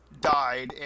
died